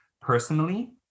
personally